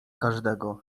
każdego